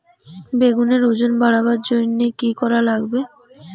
বেগুনের ওজন বাড়াবার জইন্যে কি কি করা লাগবে?